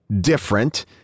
different